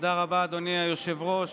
תודה רבה, אדוני היושב-ראש.